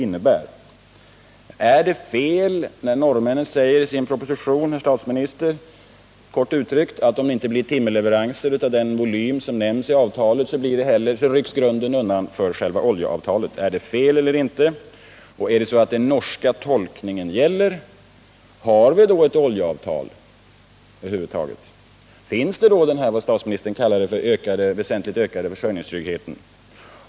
Är det, herr statsminister, fel när den norska regeringen i sin proposition kort uttryckt säger: Om det inte blir timmerleveranser av den volym som nämns i avtalet, rycks grunden undan för själva oljeavtalet? Om det är så att den norska tolkningen gäller, har vi då över huvud taget ett oljeavtal? Finns det då, som statsministern kallade det, en väsentligt ökad försörjningstrygghet?